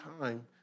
time